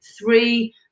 three